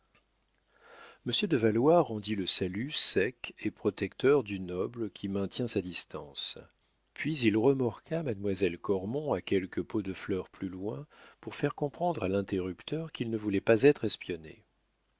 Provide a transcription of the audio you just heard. monsieur de valois rendit le salut sec et protecteur du noble qui maintient sa distance puis il remorqua mademoiselle cormon à quelques pots de fleurs plus loin pour faire comprendre à l'interrupteur qu'il ne voulait pas être espionné